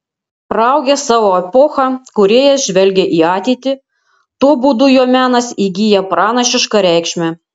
praaugęs savo epochą kūrėjas žvelgia į ateitį tuo būdu jo menas įgyja pranašišką reikšmę